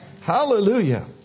Hallelujah